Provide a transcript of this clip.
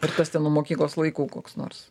ir tas ten nuo mokyklos laikų koks nors